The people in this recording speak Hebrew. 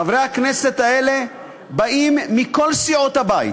חברי הכנסת האלה באים מכל סיעות הבית,